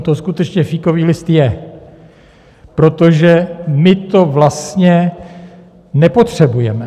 On to skutečně fíkový list je, protože my to vlastně nepotřebujeme.